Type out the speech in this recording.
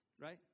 Right